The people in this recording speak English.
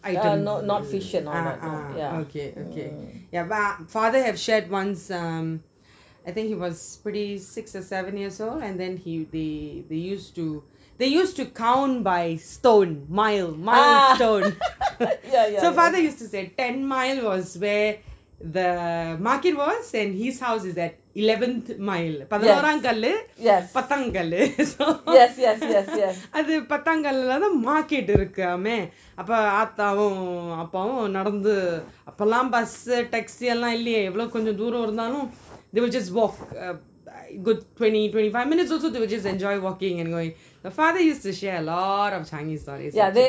ah ah okay okay but father have shared once um I think he was pretty six or seven years old and then he they they used to they used to count by stone mile milestone so father used to say ten miles was where the market was and his house is at eleventh mile but பதினோராம் கல்லு பதங்கள்ளு:pathinoram kallu pathankallu அது பதங்களிலுள்ள தான் இருக்காமே அப்புறம் ஆத்தாவும் அப்பாவும் நடந்து அப்போல்லாம்:athu pathankallula thaan irukamey apram aathavum appavum nadanthu apolam bus eh taxi லாம் இல்லையே எவ்ளோ கொஞ்சம் தூரம் இருந்தாலும்:lam illayae evlo konjam thuram irunthaalum they would just walk err um a good twenty twenty five minutes or so they would just enjoy walking அந்த மாறி:antha maari father used to share a lot of changi stories